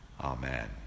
Amen